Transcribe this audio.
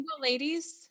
ladies